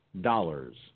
dollars